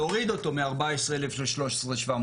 להוריד אותו מ-14,000 ל-13,750?